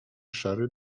szary